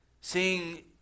seeing